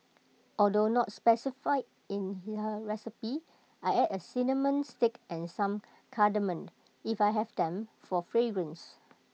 although not specified in her recipe I add A cinnamon stick and some cardamom if I have them for fragrance